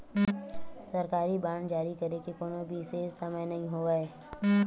सरकारी बांड जारी करे के कोनो बिसेस समय नइ होवय